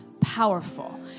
powerful